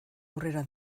aurrera